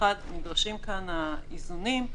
נדרשים כאן איזונים.